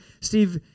Steve